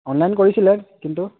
online কৰিছিলে কিন্তু